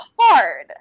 hard